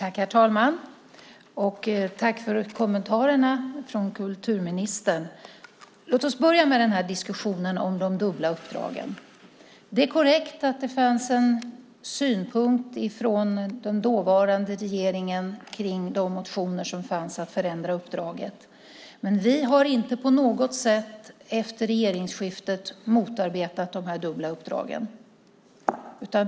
Herr talman! Jag tackar kulturministern för kommentarerna. Låt oss börja med diskussionen om de dubbla uppdragen. Det är korrekt att det fanns en synpunkt från den dåvarande regeringen om de motioner som fanns om att förändra uppdraget. Men vi har inte på något sätt efter regeringsskiftet motarbetat de dubbla uppdragen.